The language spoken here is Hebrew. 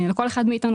לכל אחד מאתנו,